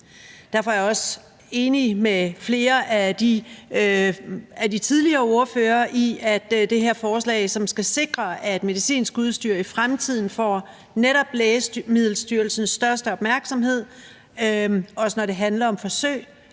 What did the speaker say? Derfor er jeg også enig med flere af de foregående ordførere i, at det her forslag, som skal sikre, at medicinsk udstyr i fremtiden får netop Lægemiddelstyrelsens største opmærksomhed – også når det handler om forsøg